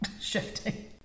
shifting